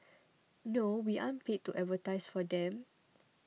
no we aren't paid to advertise for them